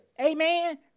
Amen